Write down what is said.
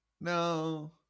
no